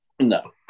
No